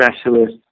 specialist